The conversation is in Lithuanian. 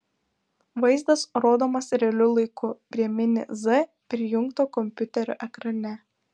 vaizdas rodomas realiu laiku prie mini z prijungto kompiuterio ekrane